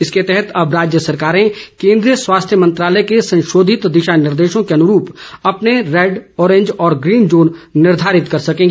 इसके तहत अब राज्य सरकारे केन्द्रीय स्वास्थ्य मंत्रालय के संशोधित दिशा निर्देशों के अनुरूप अपने रेड ऑरेंज और ग्रीन जोन निर्धारित कर सकेंगी